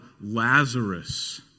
Lazarus